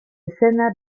izena